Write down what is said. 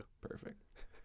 Perfect